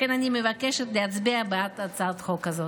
לכן אני מבקשת להצביע בעד הצעת החוק הזאת.